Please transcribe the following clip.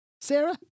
Sarah